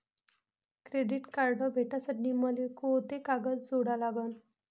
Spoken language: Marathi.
क्रेडिट कार्ड भेटासाठी मले कोंते कागद जोडा लागन?